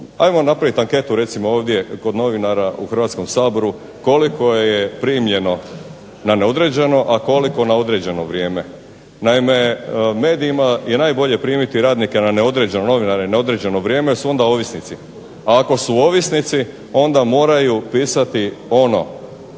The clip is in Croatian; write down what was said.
Ajmo napravit anketu recimo ovdje kod novinara u Hrvatskom saboru koliko je primljeno na neodređeno, a koliko na određeno vrijeme. Naime, medijima je najbolje primiti radnike na neodređeno, novinare na određeno vrijeme jer su onda ovisnici, a ako su ovisnici onda moraju pisati,